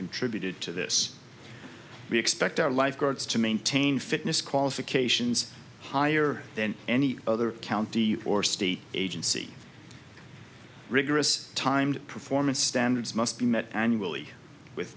contributed to this we expect our lifeguards to maintain fitness qualifications higher than any other county or state agency rigorous timed performance standards must be met annually with